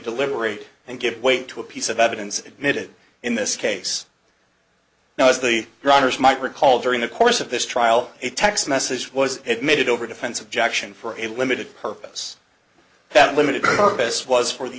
deliberate and give weight to a piece of evidence admitted in this case now as the writers might recall during the course of this trial a text message was admitted over defense of jackson for a limited purpose that limited purpose was for the